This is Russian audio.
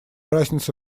разница